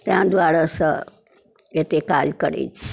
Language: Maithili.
तैं दुआरे सँ एते काज करै छी